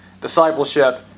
discipleship